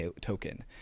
token